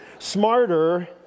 Smarter